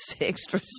extra